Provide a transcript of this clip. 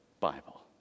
Bible